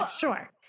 Sure